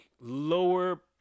lower